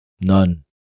None